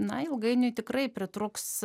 na ilgainiui tikrai pritrūks